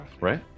Right